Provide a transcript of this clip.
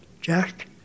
Jack